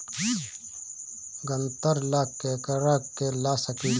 ग्रांतर ला केकरा के ला सकी ले?